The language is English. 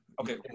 Okay